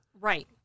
Right